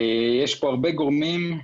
יש כאן הרבה גורמים.